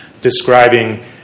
describing